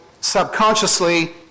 subconsciously